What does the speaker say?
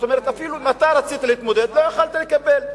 כלומר, אפילו אם אתה רצית להתמודד, לא יכולת לקבל.